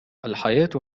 الحياة